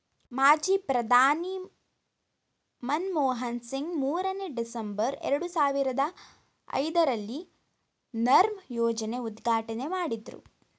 ಮಾಜಿ ಪ್ರಧಾನಿ ಮನಮೋಹನ್ ಸಿಂಗ್ ಮೂರನೇ, ಡಿಸೆಂಬರ್, ಎರಡು ಸಾವಿರದ ಐದರಲ್ಲಿ ನರ್ಮ್ ಯೋಜನೆ ಉದ್ಘಾಟನೆ ಮಾಡಿದ್ರು